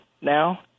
now